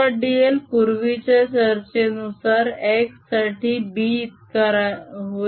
dl पूर्वीच्या चर्चेनुसार x साठी B इतका होईल